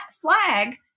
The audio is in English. flag